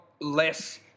less